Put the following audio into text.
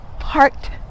heart